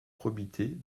probité